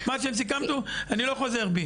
מה שסיכמנו אני לא חוזר בי.